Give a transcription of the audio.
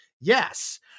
Yes